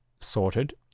Sorted